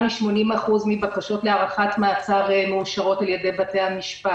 מ-80% מהבקשות להארכת מעצר מאושרות על-ידי בתי המשפט.